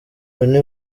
bonny